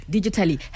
Digitally